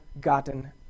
gotten